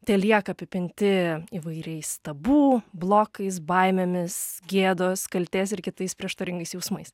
telieka apipinti įvairiais tabu blokais baimėmis gėdos kaltės ir kitais prieštaringais jausmais